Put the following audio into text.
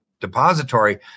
depository